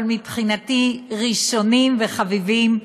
אבל מבחינתי ראשונים וחביבים,